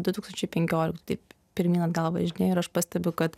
du tūkstančiai penkioliktų taip pirmyn atgal važinėju ir aš pastebiu kad